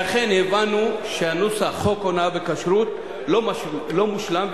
ואכן הבנו שנוסח חוק הונאה בכשרות לא מושלם,